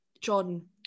Jordan